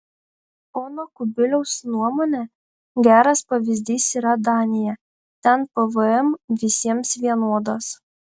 pono kubiliaus nuomone geras pavyzdys yra danija ten pvm visiems vienodas